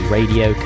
Radio